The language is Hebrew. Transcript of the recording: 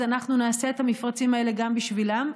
אז אנחנו נעשה את המפרצים האלה גם בשבילם.